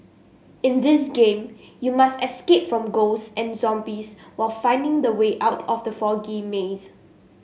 in this game you must escape from ghost and zombies while finding the way out from the foggy maze